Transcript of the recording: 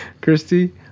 Christy